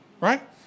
right